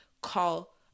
call